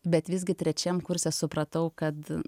bet visgi trečiam kurse supratau kad